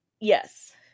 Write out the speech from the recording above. Yes